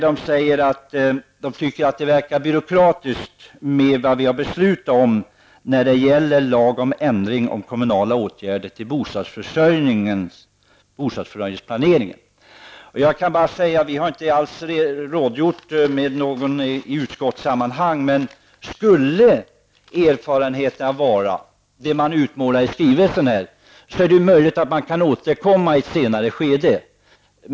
Det står att man tycker att vårt förslag om lag om ändring beträffande kommunala åtgärder vid bostadsförsörjningsplaneringen är byråkratiskt. Vi har inte alls rådgjort i utskottssammanhang, men skulle erfarenheten bli den som nämns i skrivelsen är det möjligt att det går att återkomma i ett senare skede.